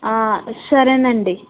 సరేనండి